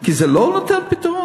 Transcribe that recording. כי זה לא נותן פתרון?